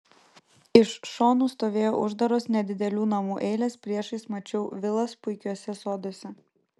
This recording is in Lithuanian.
iš šonų stovėjo uždaros nedidelių namų eilės priešais mačiau vilas puikiuose soduose